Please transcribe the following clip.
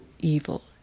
evil